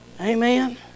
Amen